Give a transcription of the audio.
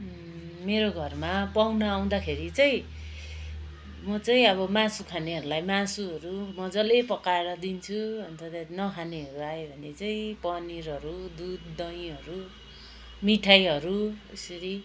मेरो घरमा पहिना आउँदाखेरि चाहिँ म चाहिँ मासु खानेहरूलाई मासुहरू मजाले पकाएर दिन्छु र नखाने आयो भने चाहिँ पनिरहरू दुध दहीहरू मिठाइहरू यसरी